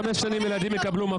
בפיילוט של החמש שנים זה לא קרה.